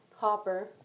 Hopper